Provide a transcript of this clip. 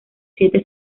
siete